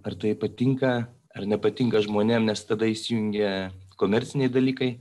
ar tai patinka ar nepatinka žmonėm nes tada įsijungia komerciniai dalykai